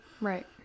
Right